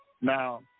Now